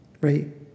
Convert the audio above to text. right